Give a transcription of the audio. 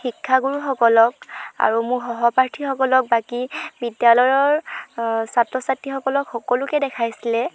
শিক্ষাগুৰুসকলক আৰু মোৰ সহপাঠীসকলক বাকী বিদ্যালয়ৰ ছাত্ৰ ছাত্ৰীসকলক সকলোকে দেখাইছিলে